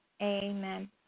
Amen